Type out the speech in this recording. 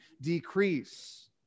decrease